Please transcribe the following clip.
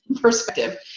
perspective